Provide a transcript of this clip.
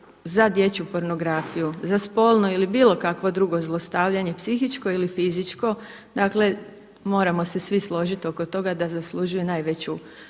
za dječju pornografiju, za spolno ili bilo kakvo drugo zlostavljanje psihičko ili fizičko, dakle moramo se svi složiti oko toga da zaslužuje najveću